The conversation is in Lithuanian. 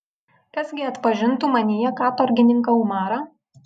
kas gi atpažintų manyje katorgininką umarą